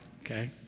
okay